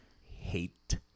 Hate